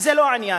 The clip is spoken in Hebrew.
זה לא העניין.